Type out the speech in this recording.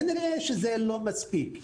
כנראה שזה לא מספיק.